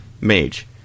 mage